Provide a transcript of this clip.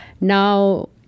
now